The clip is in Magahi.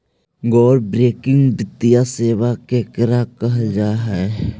गैर बैंकिंग वित्तीय सेबा केकरा कहल जा है?